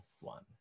one